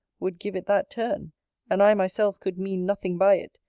would give it that turn and i myself could mean nothing by it,